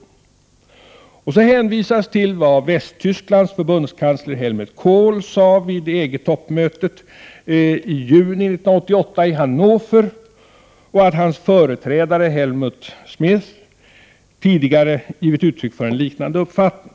Så kommer en hänvisning till vad Västtysklands förbundskansler Helmut Kohl sade vid EG-toppmötet i juni 1988 i Hannover. Det nämns också att dennes företrädare Helmut Schmidt tidigare givit uttryck för en liknande uppfattning.